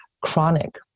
chronic